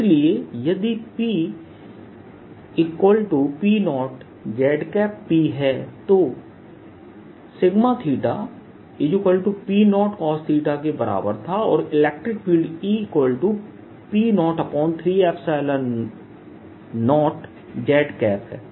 इसलिए यदि PPo z P है तो P0 cos के बराबर था और इलेक्ट्रिक फील्ड EP030 z है